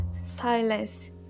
silence